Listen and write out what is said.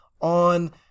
on